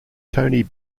tony